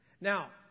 Now